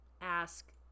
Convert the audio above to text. ask